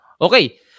Okay